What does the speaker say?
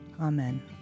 Amen